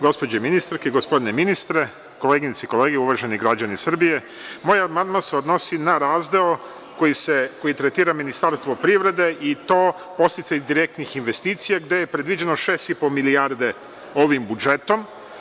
Gospođe ministarke, gospodine ministre, koleginice i kolege uvaženi građani Srbije, moj amandman se odnosi na razdeo koji tretira Ministarstvo privrede i to podsticaj direktnih investicija gde je predviđeno 6,5 milijarde ovim budžetom.